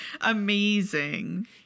Amazing